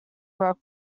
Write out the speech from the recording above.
work